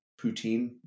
poutine